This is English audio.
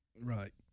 Right